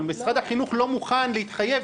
אבל משרד החינוך לא מוכן להתחייב,